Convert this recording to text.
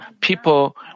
people